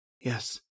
Yes